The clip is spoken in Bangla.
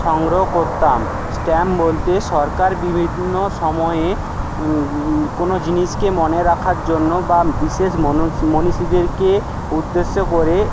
সংগ্রহ করতাম স্ট্যাম্প বলতে সরকার বিভিন্ন সময়ে কোনো জিনিসকে মনে রাখার জন্য বা বিশেষ মনীষীদেরকে উদ্দেশ্য করে